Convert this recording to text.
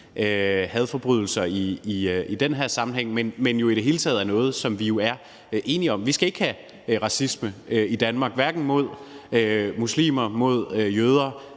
hadforbrydelser i den her sammenhæng. I det hele taget er det jo noget, vi er enige om, for vi skal ikke have racisme i Danmark, hverken mod muslimer, mod jøder